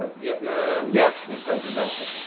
ah vietnam yes. this countries also.